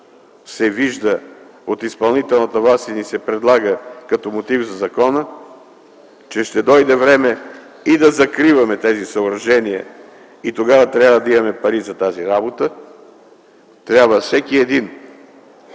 се вижда от изпълнителната власт и ни се предлага като мотив за закона, че ще дойде време и да закриваме тези съоръжения и тогава трябва да имаме пари за тази работа, трябва да